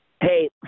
Hey